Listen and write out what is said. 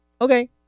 Okay